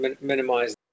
minimize